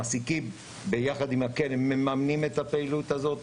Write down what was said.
המעסיקים, ביחד עם הקרן, מממנים את הפעילות הזו.